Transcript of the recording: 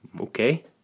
Okay